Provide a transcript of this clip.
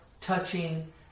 touching